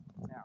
Now